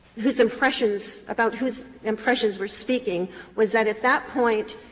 whose impressions about whose impressions we are speaking was that at that point,